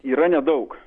yra nedaug